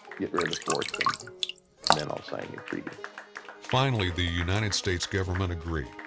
get rid of the forts, and then i'll sign your treaty finally, the united states government agreed.